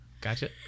Gotcha